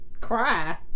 Cry